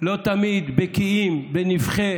לא תמיד בקיאים בנבכי